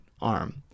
arm